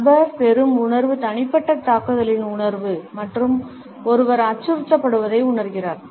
நபர் பெறும் உணர்வு தனிப்பட்ட தாக்குதலின் உணர்வு மற்றும் ஒருவர் அச்சுறுத்தப்படுவதை உணர்கிறார்